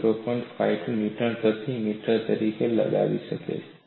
54 newton પ્રતિ metre તરીકે લગાવી શકે છે